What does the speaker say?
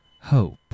Hope